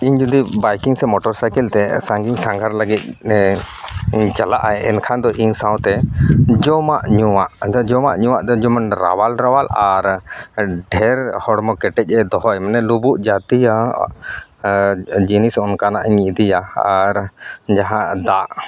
ᱤᱧ ᱡᱚᱫᱤ ᱵᱟᱭᱠᱤᱝ ᱥᱮ ᱢᱚᱴᱚᱨ ᱥᱟᱭᱠᱮᱞ ᱛᱮ ᱥᱟᱺᱜᱤᱧ ᱥᱟᱸᱜᱷᱟᱨ ᱞᱟᱹᱜᱤᱫ ᱪᱟᱞᱟᱜᱼᱟ ᱮᱱᱠᱷᱟᱱ ᱫᱚ ᱤᱧ ᱥᱟᱶᱛᱮ ᱡᱚᱢᱟᱜ ᱧᱩᱣᱟᱜ ᱟᱫᱚ ᱡᱚᱢᱟᱜ ᱧᱩᱣᱟᱜ ᱫᱚ ᱡᱮᱢᱚᱱ ᱨᱟᱣᱟᱞ ᱨᱟᱣᱟᱞ ᱟᱨ ᱰᱷᱮᱹᱨ ᱦᱚᱲᱢᱚ ᱠᱮᱴᱮᱡ ᱮ ᱫᱚᱦᱚᱭ ᱢᱟᱱᱮ ᱞᱩᱵᱩᱜ ᱡᱟᱹᱛᱤᱭᱚ ᱡᱤᱱᱤᱥ ᱚᱱᱠᱟᱱᱟᱜ ᱤᱧ ᱤᱫᱤᱭᱟ ᱟᱨ ᱡᱟᱦᱟᱸ ᱫᱟᱜ